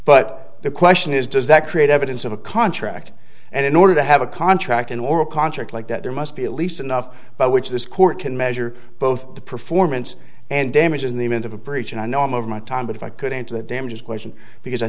but the question is does that create evidence of a contract and in order to have a contract an oral contract like that there must be at least enough by which this court can measure both the performance and damages in the event of a breach and i know i'm over my time but if i could answer the damages question because i